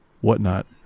whatnot